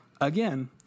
Again